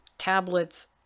Tablets